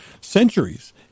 centuries